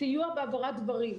סיוע בהעברת דברים.